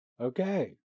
Okay